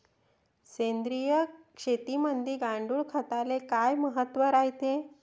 सेंद्रिय शेतीमंदी गांडूळखताले काय महत्त्व रायते?